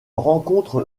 rencontre